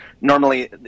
normally